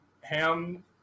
Ham